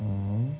um